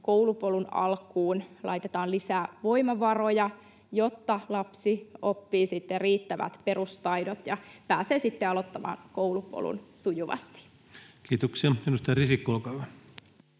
koulupolun alkuun laitetaan lisää voimavaroja, jotta lapsi oppii sitten riittävät perustaidot ja pääsee aloittamaan koulupolun sujuvasti. Kiitoksia. — Edustaja Risikko, olkaa hyvä.